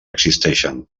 existeixen